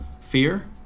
fear